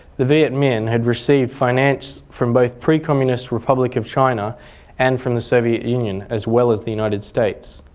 the viet minh had received finance from both pre-communist republic of china and from the soviet union, as well as the united states.